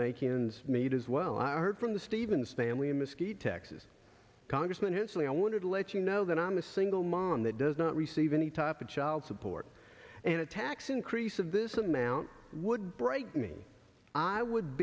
make ends meet as well i heard from the stevens family a mosquito xs congressman hansen i wanted to let you know that i'm a single mom that does not receive any type of child support and a tax increase of this amount would break me i would